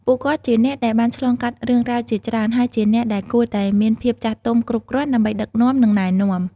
ពួកគាត់ជាអ្នកដែលបានឆ្លងកាត់រឿងរ៉ាវជាច្រើន ហើយជាអ្នកដែលគួរតែមានភាពចាស់ទុំគ្រប់គ្រាន់ដើម្បីដឹកនាំ និងណែនាំ។